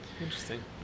Interesting